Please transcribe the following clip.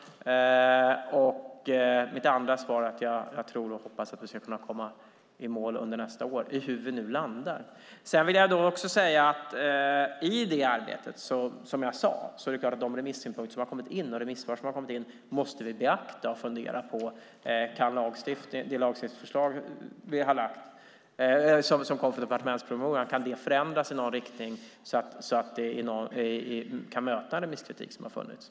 Mitt andra svar är att jag tror och hoppas att vi ska komma i mål under nästa år - i hur vi nu landar. I det arbetet måste vi beakta de remissynpunkter och remissvar som har kommit in. Vi måste fundera över om det lagstiftningsförslag som finns i departementspromemorian kan förändras i någon riktning så att det kan möta den remisskritik som har kommit fram.